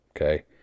Okay